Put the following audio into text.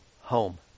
home